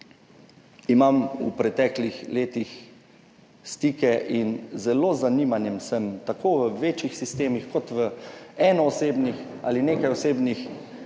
imam v preteklih letih stike in zelo z zanimanjem sem tako v večjih sistemih, kot v eno osebnih ali nekaj osebnih